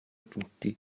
tutti